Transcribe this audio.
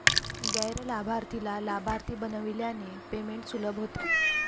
गैर लाभार्थीला लाभार्थी बनविल्याने पेमेंट सुलभ होते